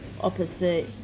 opposite